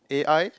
a_i